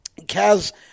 Kaz